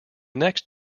next